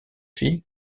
fille